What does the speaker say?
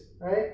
right